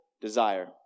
desire